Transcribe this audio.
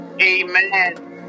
Amen